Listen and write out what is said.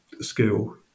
skill